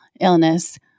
illness